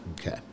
Okay